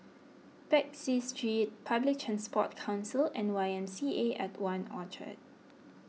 Peck Seah Street Public Transport Council and Y M C A at one Orchard